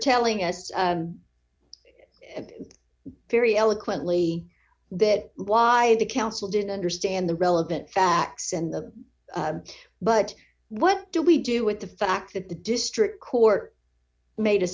telling us very eloquently that why the council didn't understand the relevant facts and the but what do we do with the fact that the district court made a